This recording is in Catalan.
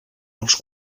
els